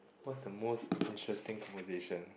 what's the most interesting conversation